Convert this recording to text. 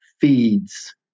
feeds